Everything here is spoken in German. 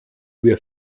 wir